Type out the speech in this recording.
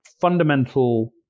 fundamental